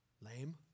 Lame